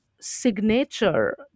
signature